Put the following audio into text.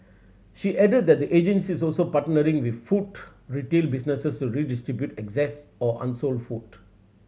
she added that the agency is also partnering with food retail businesses to redistribute excess or unsold food